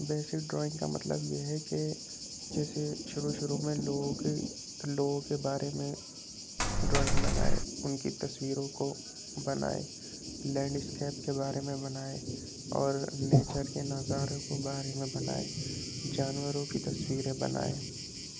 basic drawing کا مطلب یہ ہے کہ جیسے شروع شروع میں لوگوں کی لوگوں کے بارے میں ڈرائنگ بنائے ان کی تصویروں کو بنائے لینڈ اسکیپ کے بارے میں بنائے اور نیچر کے نظاروں کو بارے میں بنائے جانوروں کی تصویریں بنائے